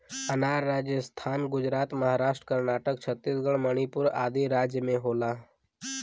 अनार राजस्थान गुजरात महाराष्ट्र कर्नाटक छतीसगढ़ मणिपुर आदि राज में होला